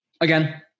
again